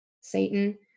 Satan